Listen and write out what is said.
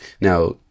Now